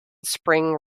spring